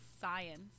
science